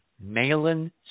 Malin